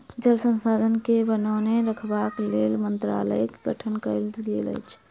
जल संसाधन के बनौने रखबाक लेल मंत्रालयक गठन कयल गेल अछि